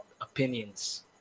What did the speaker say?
opinions